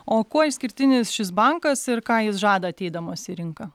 o kuo išskirtinis šis bankas ir ką jis žada ateidamas į rinką